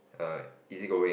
err easy going